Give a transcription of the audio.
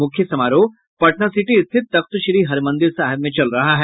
मुख्य समारोह पटना सिटी स्थित तख्तश्री हरिमंदिर साहिब में चल रहा है